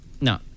No